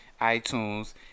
iTunes